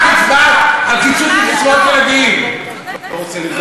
ממש לא.